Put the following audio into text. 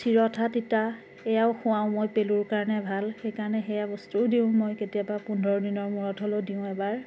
চিৰতা তিতা এয়াও খুৱাওঁ মই পেলুৰ কাৰণে ভাল সেইকাৰণে সেয়া বস্তুও দিওঁ মই কেতিয়াবা পোন্ধৰ দিনৰ মূৰত হ'লেও দিওঁ এবাৰ